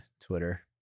Twitter